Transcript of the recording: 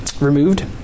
removed